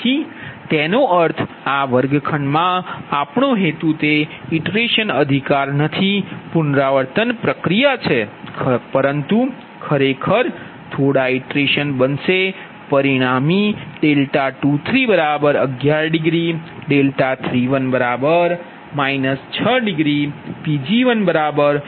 તેથી તેનો અર્થ આ વર્ગખંડમાં આપણો હેતુ તે ઇટરેશન અધિકાર નથી પુનરાવર્તન પ્રક્રિયા છે પરંતુ ખરેખર થોડા ઇટરેશન બનશે પરિણામી 23 11degree 31 −6degree Pg1 1